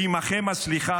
עימכם הסליחה.